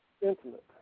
intimate